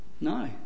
No